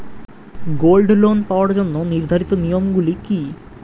Gold loan পাওয়ার জন্য নির্ধারিত নিয়ম গুলি কি?